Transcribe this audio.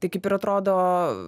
tai kaip ir atrodo